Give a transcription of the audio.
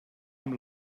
amb